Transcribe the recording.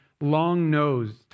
long-nosed